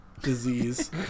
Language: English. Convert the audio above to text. disease